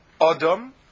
Adam